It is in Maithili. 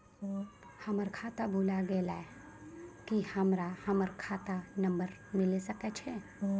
हमर खाता भुला गेलै, की हमर खाता नंबर मिले सकय छै?